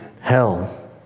hell